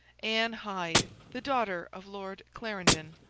anne hyde, the daughter of lord clarendon,